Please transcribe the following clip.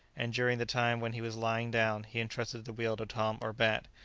and during the time when he was lying down he entrusted the wheel to tom or bat,